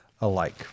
alike